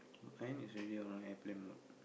mine is already on airplane mode